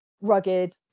rugged